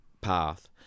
path